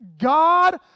God